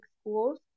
schools